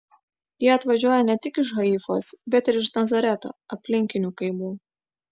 jie atvažiuoja ne tik iš haifos bet ir iš nazareto aplinkinių kaimų